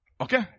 Okay